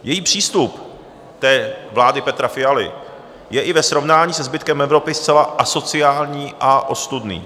Její přístup, vlády Petra Fialy, je i ve srovnání se zbytkem Evropy zcela asociální a ostudný.